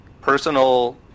personal